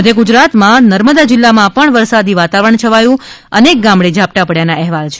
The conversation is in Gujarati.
મધ્ય ગુજરાતમાં નર્મદા જિલ્લામાં પણ વરસાદી વાતાવરણ છવાયુ છે અને અનેક ગામડે ઝાપટાં પડ્યા હોવાના અહેવાલ છે